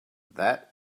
that